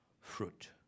Fruit